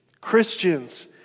Christians